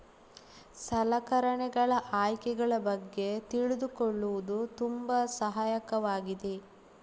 ಸಲಕರಣೆಗಳ ಆಯ್ಕೆಗಳ ಬಗ್ಗೆ ತಿಳಿದುಕೊಳ್ಳುವುದು ತುಂಬಾ ಸಹಾಯಕವಾಗಿದೆ